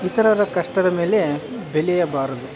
ಇತರರ ಕಷ್ಟದ ಮೇಲೆ ಬೆಳಿಯಬಾರದು